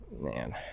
Man